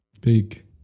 big